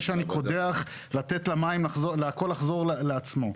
שאני קודח ולתת למים ולהכל לחזור לעצמו.